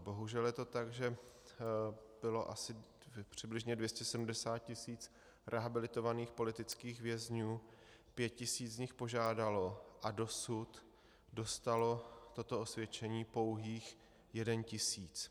Bohužel je to tak, že bylo asi přibližně 270 tisíc rehabilitovaných politických vězňů, pět tisíc z nich požádalo a dosud dostalo toto osvědčení pouhých tisíc.